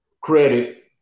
credit